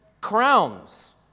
crowns